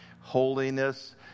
holiness